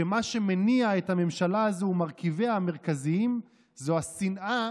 שמה שמניע את הממשלה הזו ומרכיביה המרכזיים הוא השנאה